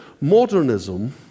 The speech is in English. modernism